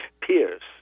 peers